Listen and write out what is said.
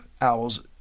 owls